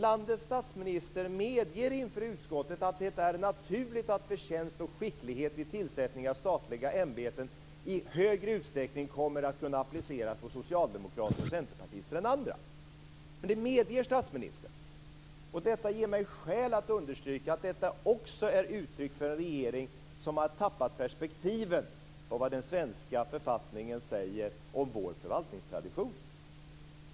Landets statsminister medger inför utskottet att det är naturligt att förtjänst och skicklighet vid tillsättning av statliga ämbeten i högre utsträckning kommer att kunna appliceras på socialdemokrater och centerpartister än på andra. Det medger statsministern. Det ger mig skäl att understryka att detta också är uttryck för en regering som har tappat perspektiven på vad den svenska författningen säger om vår förvaltningstradition.